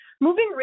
Moving